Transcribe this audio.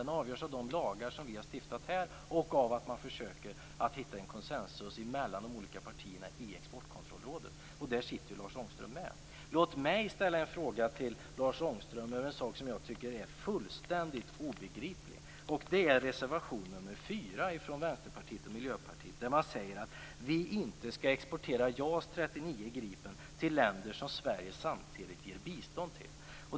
Den avgörs av de lagar som har stiftats här och i ett försök att finna konsensus mellan partierna i Exportkontrollrådet. Där sitter Lars Ångström med. Låt mig ställa en fråga till Lars Ångström om en sak jag tycker är fullständigt obegriplig. Det gäller reservation nr 4 från Vänsterpartiet och Miljöpartiet. Där framgår att Sverige inte skall exportera JAS 39 Gripen till länder som Sverige samtidigt ger bistånd till.